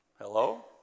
Hello